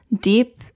deep